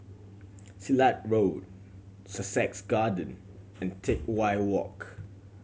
Silat Road Sussex Garden and Teck Whye Walk